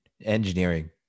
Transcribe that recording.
engineering